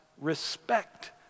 respect